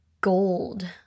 gold